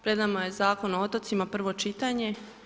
Pred nama je Zakon o otocima, prvo čitanje.